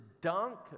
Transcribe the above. dunk